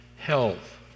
health